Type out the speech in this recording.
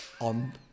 on